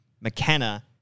McKenna